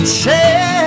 change